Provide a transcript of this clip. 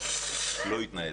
לא יתנהל.